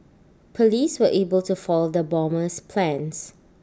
Police were able to foil the bomber's plans